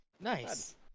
nice